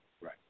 Right